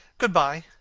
good-bye.